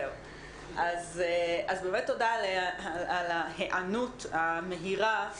באמת תודה על ההיענות המהירה.